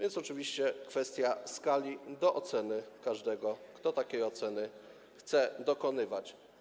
Jest oczywiście kwestia skali, ale to do oceny każdego, kto takiej oceny chce dokonywać.